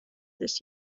this